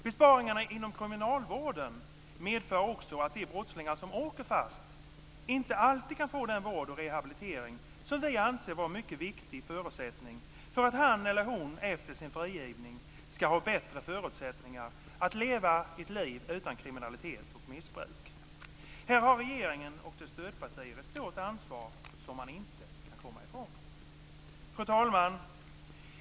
Besparingarna inom kriminalvården medför också att de brottslingar som åker fast inte alltid kan få den vård och rehabilitering som vi anser vara en mycket viktig förutsättning för att han eller hon efter sin frigivning ska ha bättre förutsättningar att leva ett liv utan kriminalitet och missbruk. Här har regeringen och dess stödpartier ett stort ansvar som man inte kan komma ifrån.